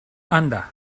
anda